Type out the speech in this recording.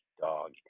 dog